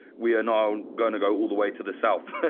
we are now going to go all the way to the south.